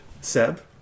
Seb